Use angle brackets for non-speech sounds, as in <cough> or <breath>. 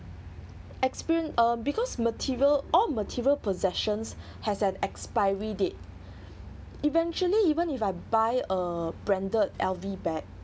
experience uh because material all material possessions <breath> has an expiry date eventually even if I buy a branded L_V bag